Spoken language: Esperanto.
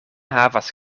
havas